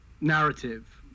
narrative